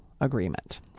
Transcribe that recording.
agreement